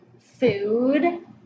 food